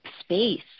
space